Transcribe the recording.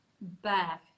back